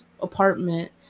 apartment